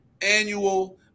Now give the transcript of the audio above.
annual